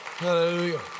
Hallelujah